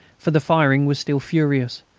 for the firing was still furious,